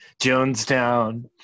Jonestown